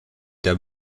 der